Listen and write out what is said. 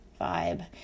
vibe